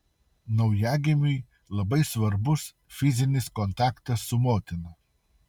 naujagimiui labai svarbus fizinis kontaktas su motina